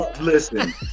listen